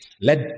Let